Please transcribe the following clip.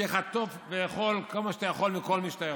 של חטוף ואכול כל מה שאתה יכול מכל מי שאתה יכול.